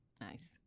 Nice